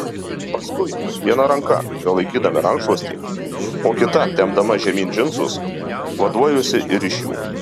paskui viena ranka prilaikydama rankšluostį o kita tempdama žemyn džinsus vaduojuosi ir iš jų